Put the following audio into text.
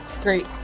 Great